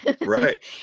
right